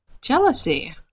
jealousy